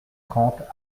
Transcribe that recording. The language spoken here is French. trente